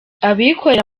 abikorera